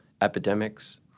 epidemics